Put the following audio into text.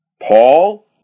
Paul